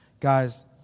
Guys